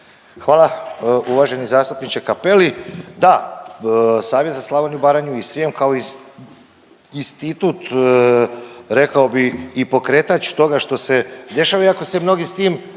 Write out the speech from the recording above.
Hvala uvaženi zastupniče Cappelli. Da, Savjet za Slavoniju, Baranju i Srijem kao institut rekao bih i pokretač toga što se dešava iako se mnogi s tim